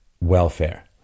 welfare